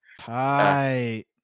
Hi